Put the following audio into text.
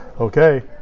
Okay